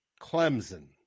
Clemson